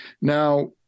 Now